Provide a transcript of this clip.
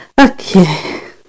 Okay